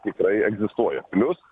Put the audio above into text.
tikrai egzistuoja plius